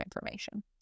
information